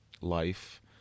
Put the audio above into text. life